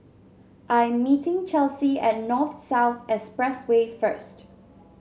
I'm meeting Chelsey at North South Expressway first